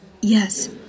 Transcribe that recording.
Yes